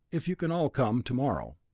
if you can all come tomorrow.